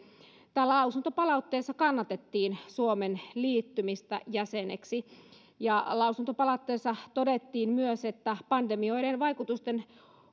lausuntopalautteessa kannatettiin suomen liittymistä jäseneksi ja lausuntopalautteessa myös todettiin pandemioiden vaikutusten